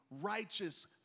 righteous